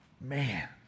Man